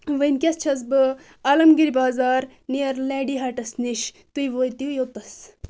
ؤنکیٚس چھس بہٕ المگری بازار نیر لیڈی ہٹس نِش تُہۍ وٲتِو یوٚتن